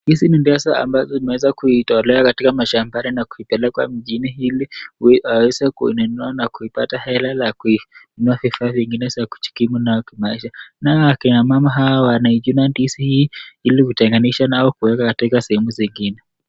Ndizi ambazo zimeweza kutolewa mashambani na kupelekwa mjini ili huyu aweze kuininua na kuipata hela la kuinunua vifaa zingine za kujikimu nayo kimaisha. Nayo akina mama hawa wanachuna ndizi hii ili kutenganisha nao na kuweka katika sehemu zingine.